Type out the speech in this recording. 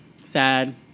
Sad